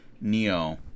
Neo